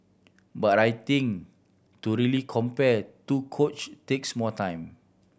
but I think to really compare two coach takes more time